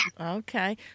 Okay